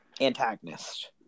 antagonist